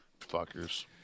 Fuckers